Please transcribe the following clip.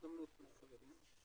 יניב, שלום לך.